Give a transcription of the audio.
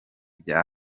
bya